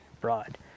broad